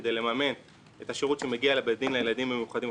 כדי לממן את השירות שמגיע בדין לילדים המיוחדים,